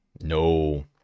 No